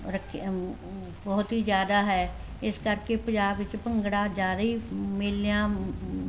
ਰੱਖਿਆ ਬਹੁਤ ਹੀ ਜ਼ਿਆਦਾ ਹੈ ਇਸ ਕਰਕੇ ਪੰਜਾਬ ਵਿੱਚ ਭੰਗੜਾ ਜ਼ਿਆਦਾ ਹੀ ਮੇਲਿਆਂ